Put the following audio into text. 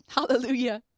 Hallelujah